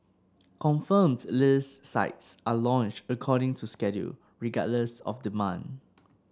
confirmed list sites are launched according to schedule regardless of demand